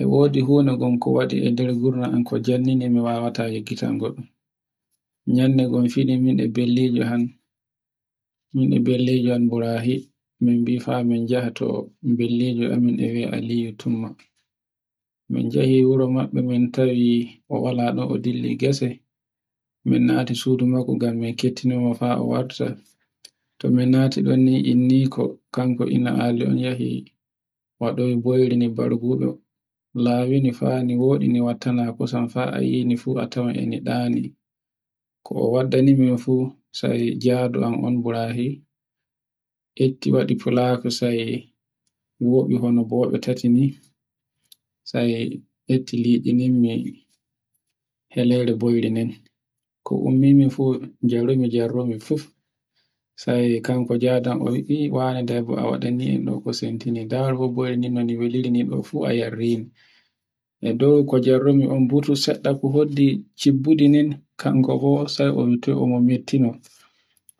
e wodi funan go ko wadi e nde janngini ko wawata mi yejjitango, yandego fini, min e Belligo am Brahi min biha min baha to billeji ɗamin e wia Aliyu min jehi wuro mabbe min tawo o walaɗon o dilli gese min nati sudu mako ngam mi ketinomo faa o warta. To min nati ni Inni ko kanko Ali on yehi waɗoi boyrugo lawini fani woɗi watta na kosan faa ayini fu a tawai e ko dani, ko o waddi ni min fu sai jadu am Brahi etti waɗi fulaako wobi wano bobo tati ni sai, etti likininmi helere boynin ko ummimi fu sai jarrumi jarrumi fu. mi jadu on sai wiyyam wane a samtini min ndaru boboyren den nde dun welini